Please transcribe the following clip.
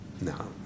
no